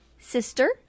sister